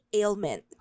ailment